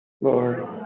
Lord